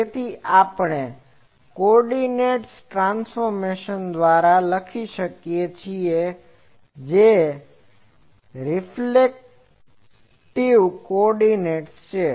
તેથી આપણે coordinated transformation દ્વારા લખી શકીએ છીએ જે સ્ફેરીક્લ કોઓર્ડીનેટ છે